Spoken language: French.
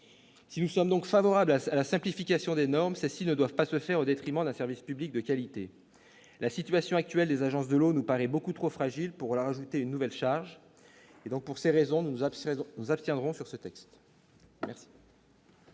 si nous sommes donc favorables à la simplification des normes Cécile ne doivent pas se faire au détriment d'un service public de qualité, la situation actuelle des agences de l'eau nous paraît beaucoup trop fragile pour la rajouter une nouvelle charge et donc pour ces raisons, nous observons nous abstiendrons sur ce texte. Merci,